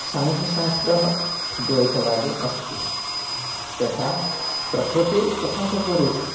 साङ्ख्यशास्त्रं द्वैतवादी अस्ति यथा प्रकृतिः तथा च पुरुषः